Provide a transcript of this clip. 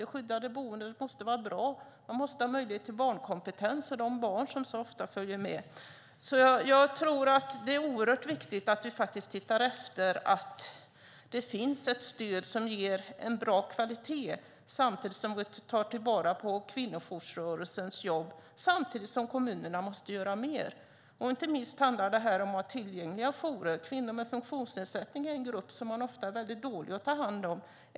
Det skyddade boendet måste vara bra. Det måste finnas barnkompetens för de barn som ofta följer med. Det är oerhört viktigt att vi ser till att det finns ett stöd av bra kvalitet samtidigt som vi tar vara på kvinnojoursrörelsens jobb. Kommunerna måste också göra mer. Det handlar inte minst om att ha tillgängliga jourer. Kvinnor med funktionsnedsättning är en grupp som man ofta är dålig på att ta hand om.